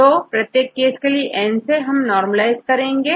तो प्रत्येक केस के लिएN से normalizeकरेंगे